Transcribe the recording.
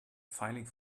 filing